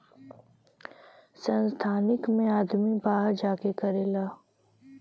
संस्थानिक मे आदमी बाहर जा के करेला